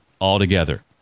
altogether